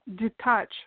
detach